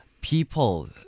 people